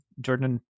jordan